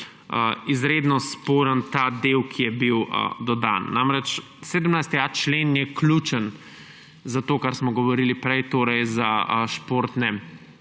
izredno sporen ta del, ki je bil dodan. 17.a člen je ključen za to, o čemer smo govorili prej, torej za športne